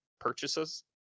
purchases